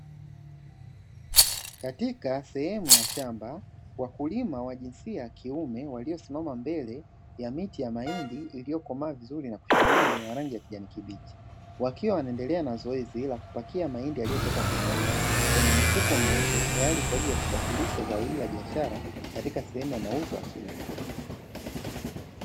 Katika sehemu ya shamba wakulima wa jinsia ya kiume waliosimama mbele ya miti ya mahindi iliyokomaa vizuri na kushamiri yenye rangi ya kijani kibichi wakiwa wanaendelea kupakia mahindi yaliyotoka kuvunwa kwenye mifuko meupe tayari kwa ajili ya kusafirisha katika sehemu za biashara za mauzo makini.